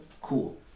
cool